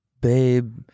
babe